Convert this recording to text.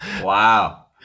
Wow